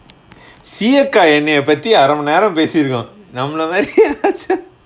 சீயக்காய் எண்ணையே பத்தி அரமணி நேரோ பேசிருக்கோ நம்மல மாரி யாராச்சும்:seeyakkai ennaiyae pathi aramani nero pesiruko nammala maari yarachum